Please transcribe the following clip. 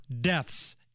deaths